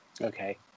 Okay